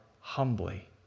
humbly